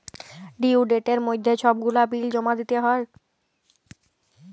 due ডেটের মইধ্যে ছব গুলা বিল জমা দিতে হ্যয়